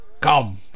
come